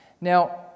Now